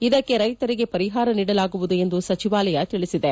ಇದಕ್ಕೆ ರೈತರಿಗೆ ಪರಿಹಾರ ನೀಡಲಾಗುವುದು ಎಂದು ಸಚಿವಾಲಯ ತಿಳಿಸಿದೆ